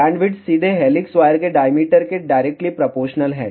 bandwidth सीधे helix wire के diameter के डायरेक्टली प्रोपोर्शनल है